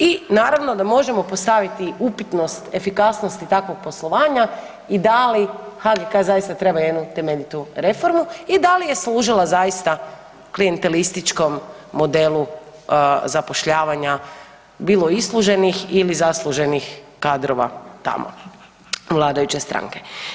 I naravno da možemo postaviti upitnost, efikasnost takvog poslovanja i da li HGK zaista treba jednu temeljitu reformu i da li je služila zaista klijentelističkom modelu zapošljavanja bilo isluženih ili zasluženih kadrova tamo vladajuće stranke?